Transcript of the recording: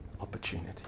opportunity